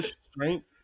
strength